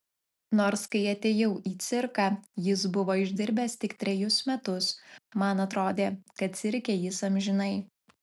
nors kai atėjau į cirką jis buvo išdirbęs tik trejus metus man atrodė kad cirke jis amžinai